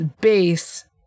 base